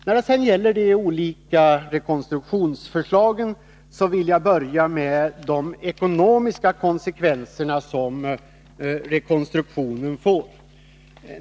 När det sedan gäller de olika rekonstruktionsförslagen vill jag börja med de ekonomiska konsekvenser som rekonstruktionen får.